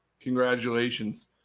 Congratulations